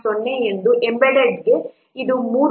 0 ಮತ್ತು ಎಂಬೆಡೆಡ್ ಮೋಡ್ಗೆ ಇದು 3